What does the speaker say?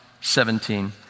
Seventeen